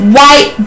White